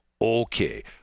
Okay